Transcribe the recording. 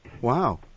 Wow